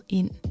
ind